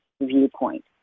viewpoint